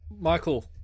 Michael